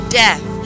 death